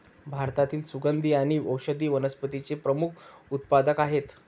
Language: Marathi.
भारतातील सुगंधी आणि औषधी वनस्पतींचे प्रमुख उत्पादक आहेत